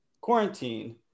quarantine